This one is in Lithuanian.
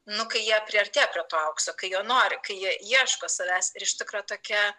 nu kai jie priartėja prie to aukso kai jo noriu kai jie ieško savęs ir iš tikro tokia